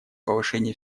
повышения